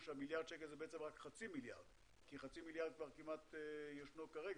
כי חצי מיליארד כבר כמעט ישנו כרגע.